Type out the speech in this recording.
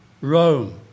Rome